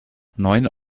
neun